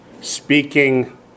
speaking